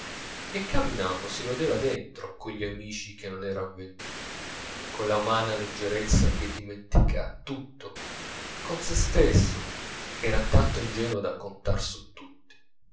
e camminando si rodeva dentro con gli amici che non eran venuti con la umana leggerezza che dimentica tutto con sè stesso che era tanto ingenuo da contare su tutti